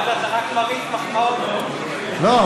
אתה רק מרעיף מחמאות, לא.